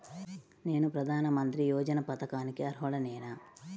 నేను ప్రధాని మంత్రి యోజన పథకానికి అర్హుడ నేన?